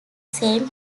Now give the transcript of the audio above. same